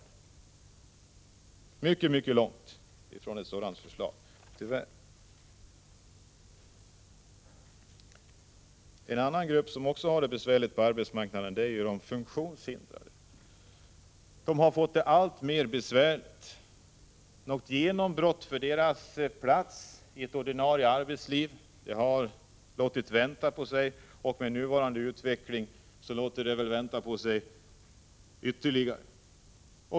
Men dagens förslag är tyvärr långt ifrån ett sådant förslag. En annan grupp som har det besvärligt på arbetsmarknaden är de funktionshindrade. De har fått det alltmer besvärligt. Något genombrott för deras plats i det ordinarie arbetslivet har låtit vänta på sig. Med nuvarande utveckling låter det väl vänta på sig ytterligare.